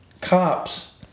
cops